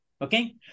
Okay